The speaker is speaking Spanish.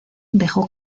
dejó